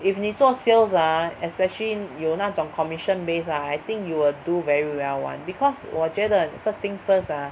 if 你做 sales ah especially 有那种 commission based ah I think you will do very well [one] because 我觉得 first thing first ah